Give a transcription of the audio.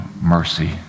mercy